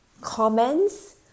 comments